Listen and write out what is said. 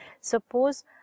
Suppose